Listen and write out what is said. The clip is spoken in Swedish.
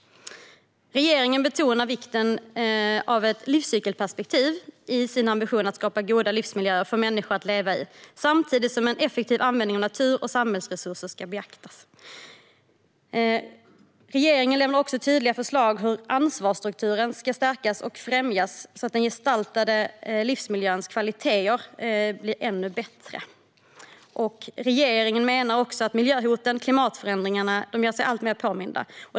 Regeringen betonar vikten av ett livscykelperspektiv i sin ambition att skapa goda livsmiljöer för människor att leva i, samtidigt som en effektiv användning av natur och samhällsresurser ska beaktas. Regeringen lämnar också tydliga förslag om hur ansvarsstrukturen ska stärkas och främjas, så att den gestaltade livsmiljöns kvaliteter blir ännu bättre. Regeringen menar också att miljöhoten och klimatförändringarna gör sig alltmer påminda.